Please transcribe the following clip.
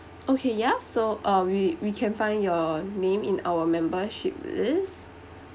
okay ya so uh we we can find your name in our membership list